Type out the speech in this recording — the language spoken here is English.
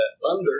thunder